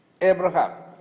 Abraham